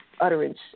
utterance